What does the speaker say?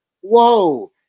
whoa